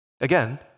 Again